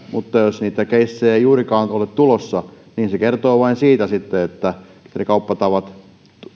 mutta jos niitä keissejä ei juurikaan ole tulossa niin se kertoo sitten vain siitä että ne kauppatavat